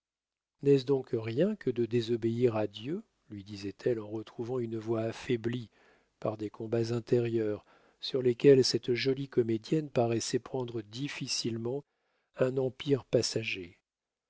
n'est-ce donc rien que de désobéir à dieu lui disait-elle en retrouvant une voix affaiblie par des combats intérieurs sur lesquels cette jolie comédienne paraissait prendre difficilement un empire passager